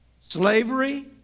Slavery